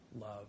love